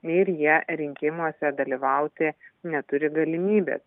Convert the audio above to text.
ir jie rinkimuose dalyvauti neturi galimybės